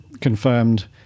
confirmed